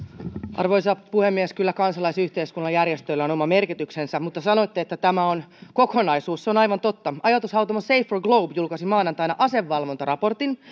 arvoisa puhemies kyllä kansalaisyhteiskunnalla ja järjestöillä on oma merkityksensä mutta sanoitte että tämä on kokonaisuus se on aivan totta ajatushautomo saferglobe julkaisi maanantaina asevalvontaraportin